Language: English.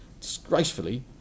disgracefully